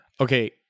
Okay